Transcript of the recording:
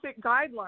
guidelines